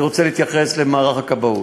ואני רוצה להתייחס למערך הכבאות.